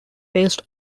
based